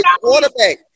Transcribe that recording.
quarterback